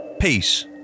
peace